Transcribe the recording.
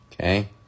Okay